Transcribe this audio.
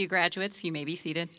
you graduates you may be seated